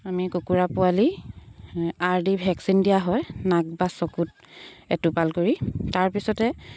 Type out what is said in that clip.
আমি কুকুৰা পোৱালি আৰ দি ভেকচিন দিয়া হয় নাক বা চকুত এটোপাল কৰি তাৰপিছতে